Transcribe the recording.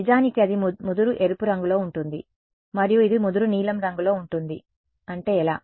నిజానికి అది ముదురు ఎరుపు రంగులో ఉంటుంది మరియు ఇది ముదురు నీలం రంగులో ఉంటుంది అంటే ఎలా